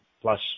plus